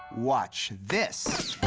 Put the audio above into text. watch this.